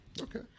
Okay